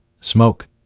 smoke